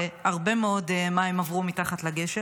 והרבה מאוד מים עברו מתחת לגשר,